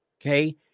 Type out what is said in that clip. Okay